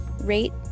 rate